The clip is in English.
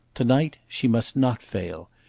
to-night she must not fail.